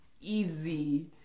easy